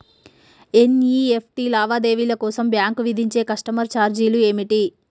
NEFT లావాదేవీల కోసం bank విధించే కస్టమర్ ఛార్జీలు ఏమిటి?